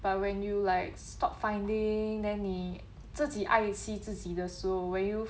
but when you like stop finding then 你自己爱惜自己的时候 when you